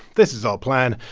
this is our plan.